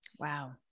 Wow